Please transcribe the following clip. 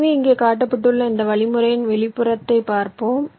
எனவே இங்கே காட்டப்பட்டுள்ள இந்த வழிமுறையின் வெளிப்புறத்தைப் பார்ப்போம்